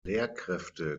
lehrkräfte